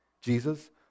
Jesus